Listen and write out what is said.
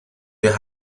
wir